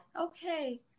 Okay